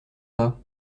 pas